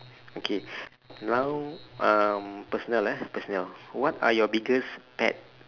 okay now um personal ah personal what are your biggest pet